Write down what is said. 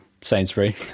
Sainsbury